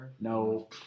No